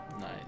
Nice